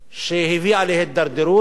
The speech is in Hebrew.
שהביאה להידרדרות.